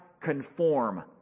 conform